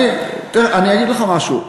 אני אגיד לך משהו.